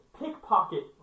Pickpocket